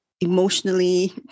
emotionally